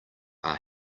are